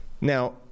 Now